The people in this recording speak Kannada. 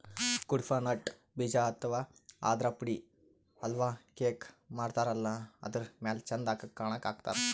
ಕುಡ್ಪಾ ನಟ್ ಬೀಜ ಅಥವಾ ಆದ್ರ ಪುಡಿ ಹಲ್ವಾ, ಕೇಕ್ ಮಾಡತಾರಲ್ಲ ಅದರ್ ಮ್ಯಾಲ್ ಚಂದ್ ಕಾಣಕ್ಕ್ ಹಾಕ್ತಾರ್